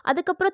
அதுக்கு அப்புறம்